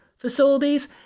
facilities